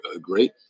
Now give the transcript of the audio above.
great